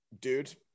Dude